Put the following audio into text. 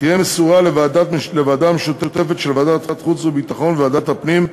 תהיה מסורה לוועדה משותפת של ועדת חוץ וביטחון וועדת הפנים,